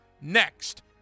next